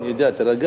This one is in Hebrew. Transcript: אני יודע, תירגע.